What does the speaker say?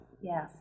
Yes